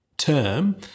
term